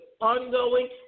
ongoing